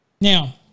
Now